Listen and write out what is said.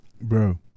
Bro